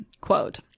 quote